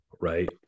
right